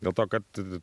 dėl to kad